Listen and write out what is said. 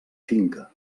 finca